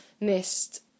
missed